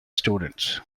students